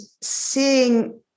seeing